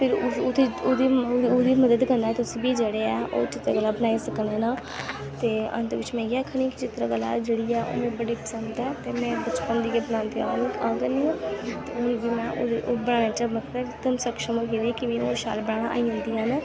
फिर ओह्दी ओह्दी ओह्दी ओह्दी मदद कन्नै तुस बी जेह्ड़े ऐ ओह् चित्तरकला बनाई सकने न ते अंत बिच्च में इ'यै आखनी कि चित्तरकला जेह्ड़ी ऐ ओह् मीं बड़ी पसंद ऐ ते में बचपन दी गै बनांदी आवा नी आ करनी आं ते हून बी में ओह् बनाने च मतलब इकदम सक्ष्म होई गेदी कि मीं ओह् शैल बनाना आई जंदियां न